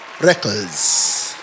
Records